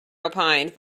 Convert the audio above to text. opined